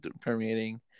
permeating